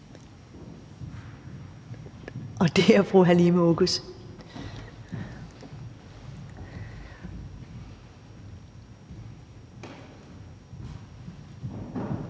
og det er fru Halime Oguz.